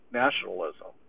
nationalism